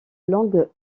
langue